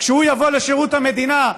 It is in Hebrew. כשהוא יבוא לשירות המדינה,